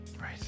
Right